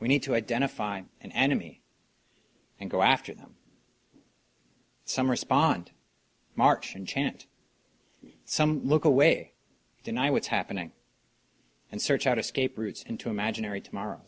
we need to identify an enemy and go after them some respond march and chant some look away deny what's happening and search out escape routes into imaginary tomorrow